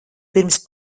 pirms